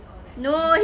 or like blue